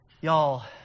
Y'all